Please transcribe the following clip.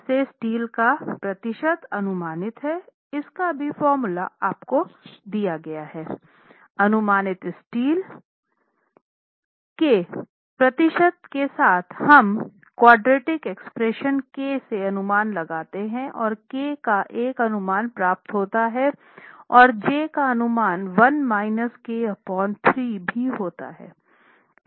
जिससे स्टील का प्रतिशत अनुमानित है अनुमानित स्टील ρ eff के प्रतिशत के साथ हम क्वाड्रटिक एक्सप्रेशन k से अनुमान लगाते हैं और k का एक अनुमान प्राप्त होता है और j का अनुमान 1 k 3 भी होता है